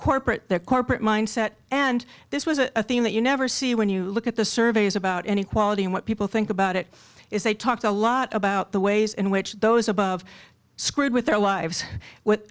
corporate corporate mindset and this was a theme that you never see when you look at the surveys about any quality and what people think about it is they talk a lot about the ways in which those above screwed with their lives